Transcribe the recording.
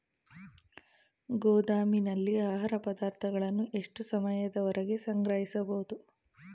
ಗೋದಾಮಿನಲ್ಲಿ ಆಹಾರ ಪದಾರ್ಥಗಳನ್ನು ಎಷ್ಟು ಸಮಯದವರೆಗೆ ಸಂಗ್ರಹಿಸಬಹುದು?